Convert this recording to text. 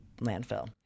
landfill